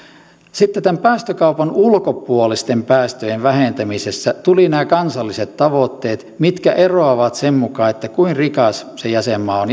sitten tämän päästökaupan ulkopuolisten päästöjen vähentämisessä tulivat nämä kansalliset tavoitteet mitkä eroavat sen mukaan kuinka rikas se jäsenmaa